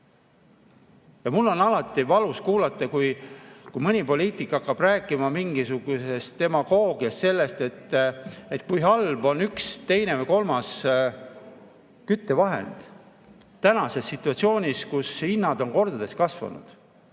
Mul on alati valus kuulata, kui mõni poliitik hakkab rääkima mingisugusest demagoogiast, sellest, kui halb on üks, teine või kolmas küttevahend. Seda tänases situatsioonis, kus hinnad on kordades kasvanud!